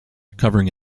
covering